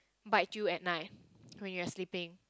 bite you at night when you are sleeping